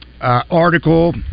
article